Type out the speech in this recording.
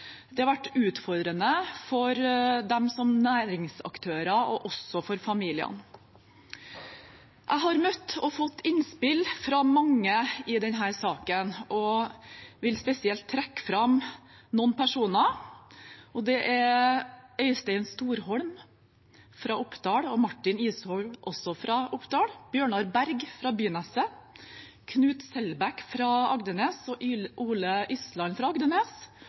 Det har vært utfordrende for dem som næringsaktører og også for familiene. Jeg har møtt og fått innspill fra mange i denne saken og vil spesielt trekke fram noen personer. Det er Øystein Storholm, fra Oppdal, Martin Ishoel, også fra Oppdal, Bjørnar Berg, fra Byneset, Knut Selbekk og Ole Ysland, fra Agdenes, og Lars Ole Bjørnbet, fra